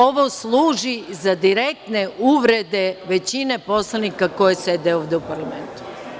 Ovo služi za direktne uvrede većine poslanika koji sede ovde u parlamentu.